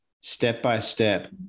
step-by-step